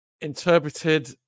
interpreted